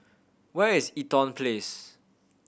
where is Eaton Place